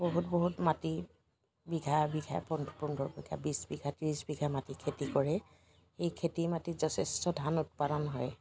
বহুত বহুত মাটি বিঘাই বিঘাই পোন পোন্ধৰ বিঘা বিশ বিঘা ত্ৰিছ বিঘা মাটি খেতি কৰে এই খেতি মাটিত যথেষ্ট ধান উৎপাদন হয়